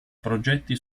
progetti